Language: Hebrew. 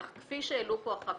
אך כפי שהעלו פה החברים,